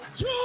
two